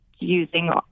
using